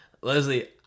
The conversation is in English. Leslie